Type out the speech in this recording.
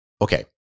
Okay